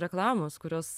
reklamos kurios